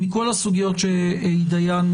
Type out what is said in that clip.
מכל הסוגיות שהתדיינו,